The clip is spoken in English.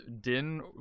Din